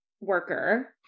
worker